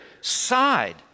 side